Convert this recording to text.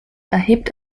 erhebt